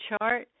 chart